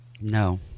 No